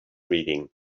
reading